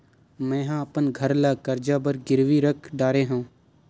मेहा अपन घर ला कर्जा बर गिरवी रख डरे हव